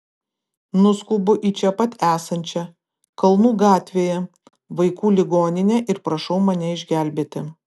nuskubu į čia pat esančią kalnų gatvėje vaikų ligoninę ir prašau mane išgelbėti